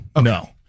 No